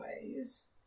ways